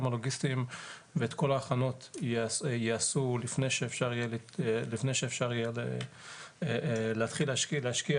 הלוגיסטיים ואת כל ההכנות יעשו לפני שאפשר יהיה להתחיל להשקיע